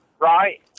right